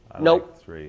Nope